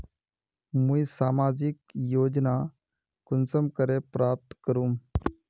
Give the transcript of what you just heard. मुई सामाजिक योजना कुंसम करे प्राप्त करूम?